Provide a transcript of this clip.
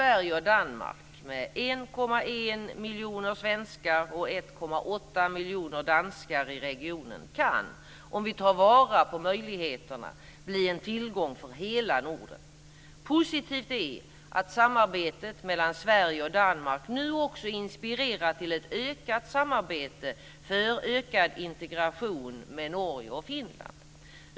1,1 miljoner svenskar och 1,8 miljoner danskar i regionen kan, om vi tar vara på möjligheterna, bli en tillgång för hela Norden. Positivt är att samarbetet mellan Sverige och Danmark nu också inspirerat till ett ökat samarbete för ökad integration med Norge och Finland.